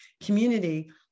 community